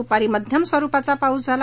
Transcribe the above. दुपारी मध्यम स्वरूपाचा पाऊस झाला